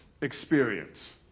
experience